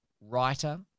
writer